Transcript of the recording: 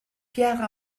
pierre